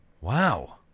Wow